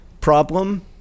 problem